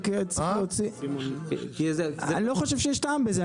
אני לא חושב שיש טעם בזה.